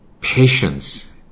patience